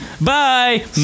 Bye